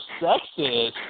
sexist